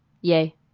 Yay